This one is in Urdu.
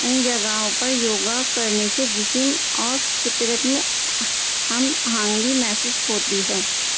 ان جگہوں پر یوگا کرنے سے جسم اور فطرت میں ہم ہانگی محسوس ہوتی ہے